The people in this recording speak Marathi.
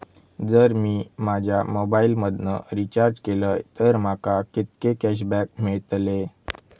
जर मी माझ्या मोबाईल मधन रिचार्ज केलय तर माका कितके कॅशबॅक मेळतले?